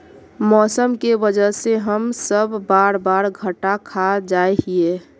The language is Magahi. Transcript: मौसम के वजह से हम सब बार बार घटा खा जाए हीये?